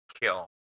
kill